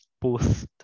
post